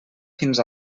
fins